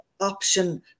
option